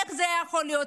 איך זה יכול להיות?